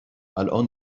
الآن